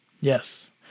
Yes